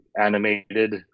animated